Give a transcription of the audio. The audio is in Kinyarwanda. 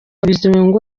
bizimungu